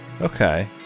Okay